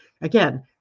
Again